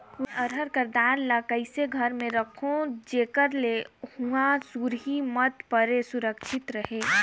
मैं अरहर कर दाल ला कइसे घर मे रखों जेकर से हुंआ सुरही मत परे सुरक्षित रहे?